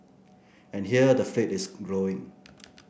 and here the fleet is growing